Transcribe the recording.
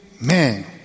man